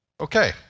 Okay